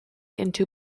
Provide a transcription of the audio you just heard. into